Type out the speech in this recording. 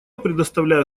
предоставляю